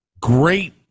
great